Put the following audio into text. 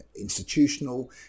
institutional